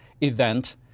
event